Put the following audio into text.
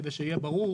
כדי שיהיה ברור